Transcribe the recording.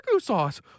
sauce